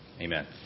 Amen